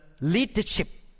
leadership